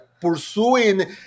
pursuing